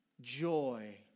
joy